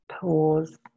Pause